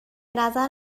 نظر